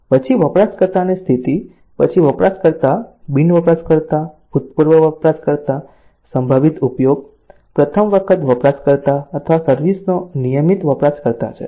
પછી વપરાશકર્તાની સ્થિતિ પછી વપરાશકર્તા બિન વપરાશકર્તા ભૂતપૂર્વ વપરાશકર્તા સંભવિત ઉપયોગ પ્રથમ વખત વપરાશકર્તા અથવા સર્વિસ નો નિયમિત વપરાશકર્તા છે